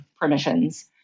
permissions